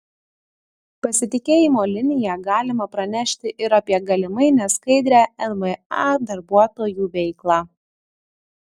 pasitikėjimo linija galima pranešti ir apie galimai neskaidrią nma darbuotojų veiklą